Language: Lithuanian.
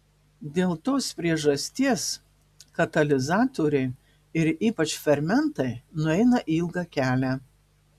dėl tos priežasties katalizatoriai ir ypač fermentai nueina ilgą kelią